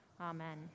Amen